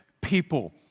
people